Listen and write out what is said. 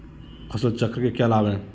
फसल चक्र के क्या लाभ हैं?